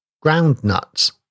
groundnuts